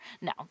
No